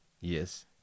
Yes